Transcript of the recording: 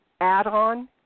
add-on